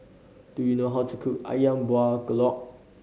do you know how to cook Ayam Buah Keluak